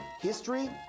history